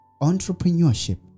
entrepreneurship